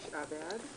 9 בעד.